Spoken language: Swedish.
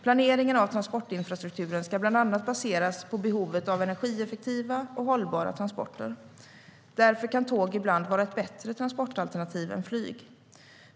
Planeringen av transportinfrastrukturen ska baseras på bland annat behovet av energieffektiva och hållbara transporter. Därför kan tåg ibland vara ett bättre transportalternativ än flyg.